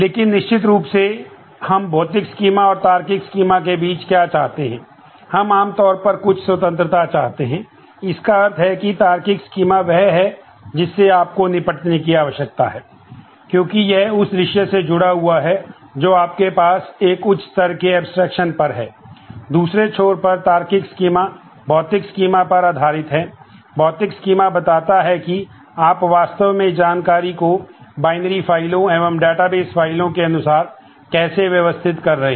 लेकिन निश्चित रूप से हम भौतिक स्कीमा फाइलें के अनुसार कैसे व्यवस्थित कर रहे हैं